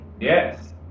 Yes